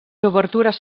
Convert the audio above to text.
obertures